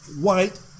white